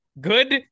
Good